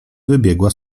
wybiegła